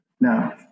Now